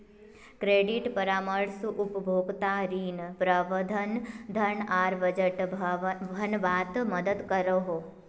credit परामर्श उपभोक्ताक ऋण, प्रबंधन, धन आर बजट बनवात मदद करोह